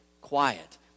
Quiet